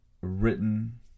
written